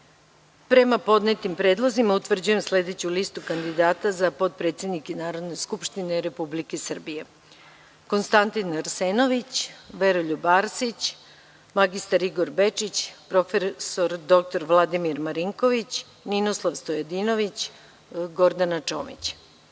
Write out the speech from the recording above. podnetim predlozima, utvrđujem sledeću listu kandidata za potpredsednike Narodne skupštine Republike Srbije:1. Konstantin Arsenović2. Veroljub Arsić3. mr Igor Bečić4. prof. dr Vladimir Marinković5. Ninoslav Stojadinović6. Gordana